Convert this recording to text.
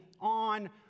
on